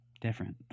Different